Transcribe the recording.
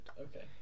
Okay